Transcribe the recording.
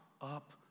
up